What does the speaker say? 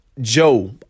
Joe